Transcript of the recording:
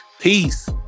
Peace